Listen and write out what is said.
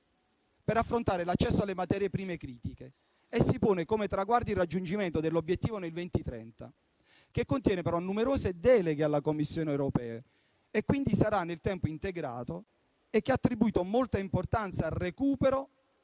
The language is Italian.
per affrontare l'accesso alle materie prime critiche. Esso si pone come traguardo il raggiungimento dell'obiettivo nel 2030. Contiene, però, numerose deleghe alla Commissione europea e sarà, quindi, integrato nel tempo. Esso ha attribuito molta importanza al recupero